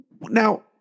Now